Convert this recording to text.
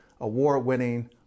award-winning